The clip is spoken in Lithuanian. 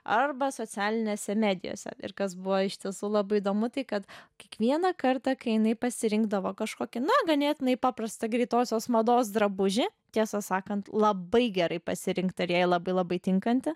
arba socialinėse medijose ir kas buvo iš tiesų labai įdomu tai kad kiekvieną kartą kai jinai pasirinkdavo kažkokį na ganėtinai paprastą greitosios mados drabužį tiesą sakant labai gerai pasirinktą ir jai labai labai tinkantį